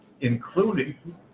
including